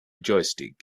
joystick